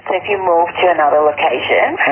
if you move to another location?